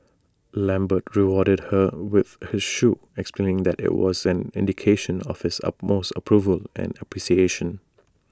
lambert rewarded her with her shoe explaining that IT was an indication of his utmost approval and appreciation